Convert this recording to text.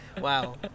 Wow